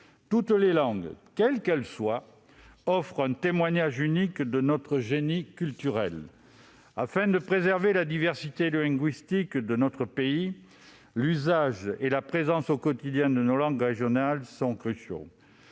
Toutes les langues, quelles qu'elles soient, offrent un témoignage unique de notre génie culturel. Afin de préserver la diversité linguistique de notre pays, l'usage et la présence au quotidien de nos langues régionales sont cruciaux.